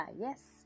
Yes